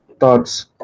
thoughts